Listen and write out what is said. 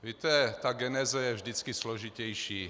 Víte, ta geneze je vždycky složitější.